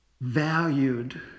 valued